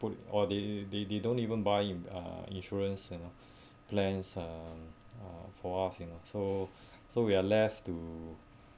put all they they they don't even buy uh insurance you know plans uh uh for us you know so so we are left to